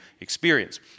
experience